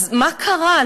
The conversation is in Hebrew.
אז מה קרה?